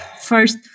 first